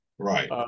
Right